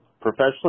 Professionally